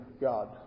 God